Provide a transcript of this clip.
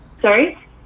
Sorry